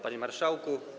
Panie Marszałku!